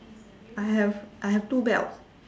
I have I have two belts